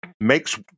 makes